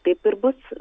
taip ir bus